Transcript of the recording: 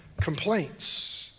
complaints